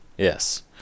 Yes